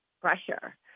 pressure